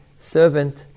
servant